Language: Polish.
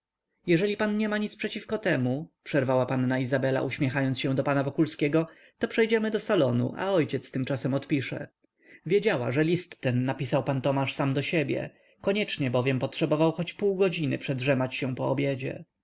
jeżeli pan nie ma nic przeciw temu przerwała panna izabela uśmiechając się do pana wokulskiego to przejdziemy do salonu a ojciec tymczasem odpisze wiedziała że list ten napisał pan tomasz sam do siebie koniecznie bowiem potrzebował